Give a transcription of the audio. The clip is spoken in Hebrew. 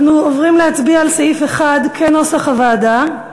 אנחנו עוברים להצביע על סעיף 1 כנוסח הוועדה.